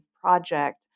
project